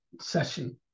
session